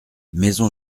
maison